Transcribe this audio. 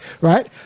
right